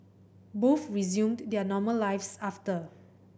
most resumed their normal lives after